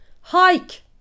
hike